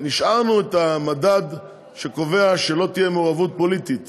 השארנו את המדד שקובע שלא תהיה מעורבות פוליטית